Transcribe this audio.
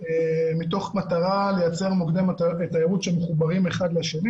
מתוך מטרה לייצר מוקדי תיירות שמחוברים אחד לשני,